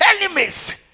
enemies